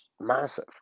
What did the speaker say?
massive